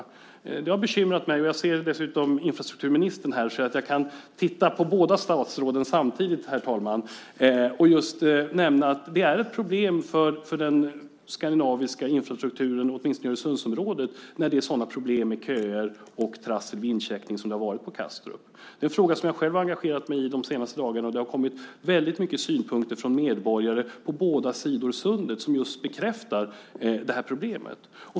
Det har bekymrat mig. Jag ser dessutom att infrastrukturministern är här i kammaren, så jag kan titta på båda statsråden samtidigt, herr talman, och nämna just att det är ett problem för den skandinaviska infrastrukturen, åtminstone i Öresundsområdet, när det är så svårt med köer och sådant trassel med incheckning som det har varit på Kastrup. Det är en fråga som jag själv har engagerat mig i de senaste dagarna, och det har kommit väldigt mycket synpunkter från medborgare på båda sidor av Sundet som just bekräftar det här problemet.